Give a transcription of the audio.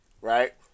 right